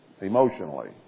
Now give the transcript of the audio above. emotionally